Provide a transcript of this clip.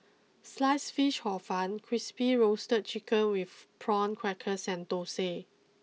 sliced Fish Hor fun Crispy Roasted Chicken with Prawn Crackers and Dosa